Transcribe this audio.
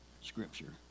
Scripture